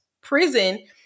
prison